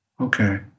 Okay